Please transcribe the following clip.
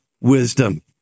wisdom